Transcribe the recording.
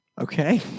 Okay